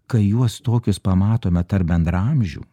kai juos tokius pamatome tarp bendraamžių